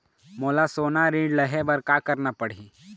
मोला सोना ऋण लहे बर का करना पड़ही?